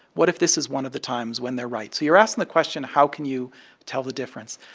what if this is one of the times when they're right so you're asking the question how can you tell the difference.